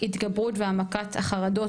התגברות והעמקת החרדות,